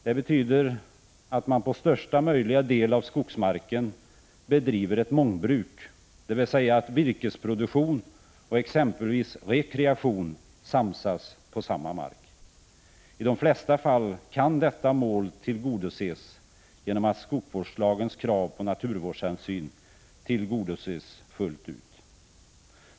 Det betyder att man på största möjliga del av skogsmarken bedriver ett mångbruk, dvs. att virkesproduktion och exempelvis rekreation samsas på samma mark. I de flesta fall kan detta mål tillgodoses genom att skogsvårdslagens krav på naturvårdshänsyn tillgodoses fullt ut.